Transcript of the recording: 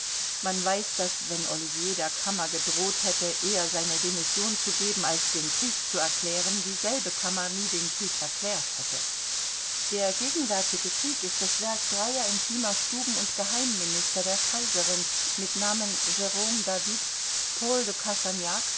man weiß daß wenn ollivier der kammer gedroht hätte eher seine demission zu geben als den krieg zu erklären dieselbe kammer nie den krieg erklärt hätte der gegenwärtige krieg ist das werk dreier intimer stuben und geheimminister der kaiserin mit namen jerome david